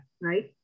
right